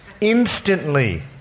Instantly